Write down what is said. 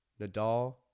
Nadal